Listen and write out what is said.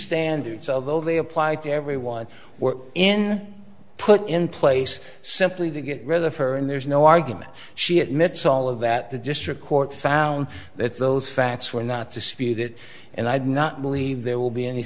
standards although they apply to everyone were in put in place simply to get rid of her and there's no argument she admits all of that the district court found that those facts were not disputed and i did not believe there will be any